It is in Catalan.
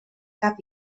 cap